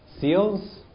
seals